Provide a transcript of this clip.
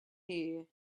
here